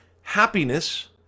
happiness